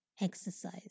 exercise